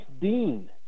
dean